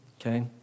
Okay